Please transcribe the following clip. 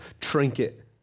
trinket